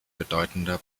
bedeutender